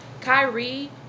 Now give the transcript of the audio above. Kyrie